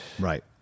Right